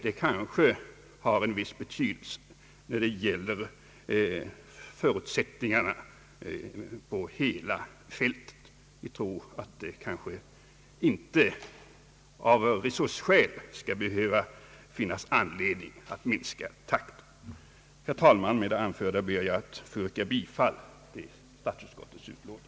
Detta kanske har en viss betydelse när det gäller att bedöma förutsättningarna på hela fältet. Vi tror därför inte att det av resursskäl skall bli nödvändigt att minska takten. Herr talman! Med det anförda ber jag att få yrka bifall till statsutskottets hemställan.